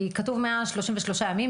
כתוב 133 ימים.